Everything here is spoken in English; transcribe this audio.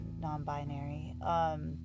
non-binary